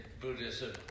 Buddhism